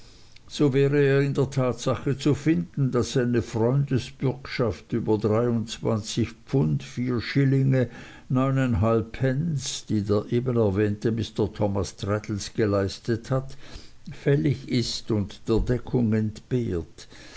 so wäre er in der tatsache zu finden daß eine freundesbürgschaft über drei pfund vier schillinge pence die der eben erwähnte mr thomas traddles geleistet hat fällig ist und der deckung entbehrt